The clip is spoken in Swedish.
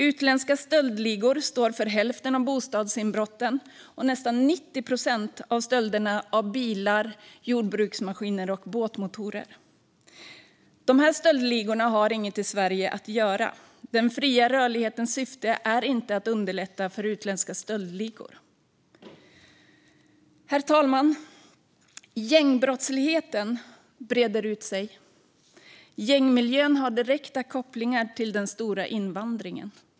Utländska stöldligor står för hälften av bostadsinbrotten och nästan 90 procent av stölderna av bilar, jordbruksmaskiner och båtmotorer. De här stöldligorna har inget i Sverige att göra. Den fria rörlighetens syfte är inte att underlätta för utländska stöldligor. Herr talman! Gängbrottsligheten breder ut sig. Gängmiljön har direkta kopplingar till den stora invandringen.